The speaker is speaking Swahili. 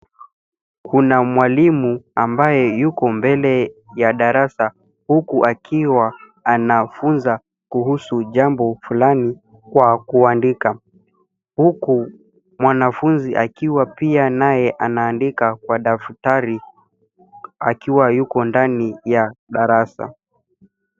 Kuna mwalimu ambaye yuko mbele ya darasa huku akiwa anafunza kuhusu jambo fulani kwa kuandika huku mwanafunzi akiwa pia naye anaandikwa kwa daftari akiwa yuko ndani ya darasa.